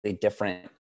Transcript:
different